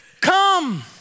Come